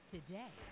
Today